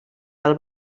del